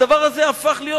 הדבר הזה הפך להיות,